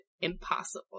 impossible